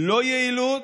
לא יעילות,